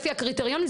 לפי הקריטריונים,